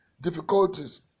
difficulties